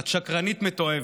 את שקרנית מתועבת.